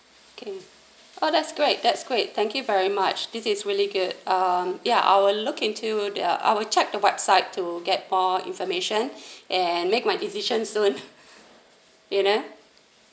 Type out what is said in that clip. okay oh that's great that's great thank you very much this is really good uh ya I will be looking into the I will check the website to get more information and make my decision soon you know